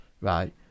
right